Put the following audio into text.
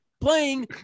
playing